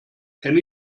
can